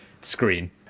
Screen